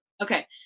Okay